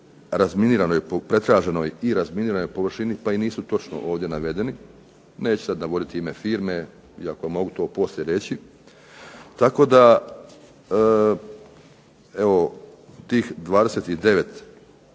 pretraženoj površini pa i nisu točno ovdje navedeni. Neću sada govoriti ime firme, iako to mogu poslije reći, tako da tih 29